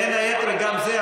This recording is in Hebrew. בין היתר גם זה,